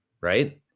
right